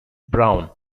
brown